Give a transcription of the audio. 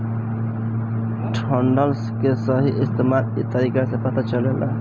डंठल के सही इस्तेमाल इ तरीका से पता चलेला